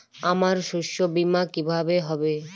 আমার শস্য বীমা কিভাবে হবে?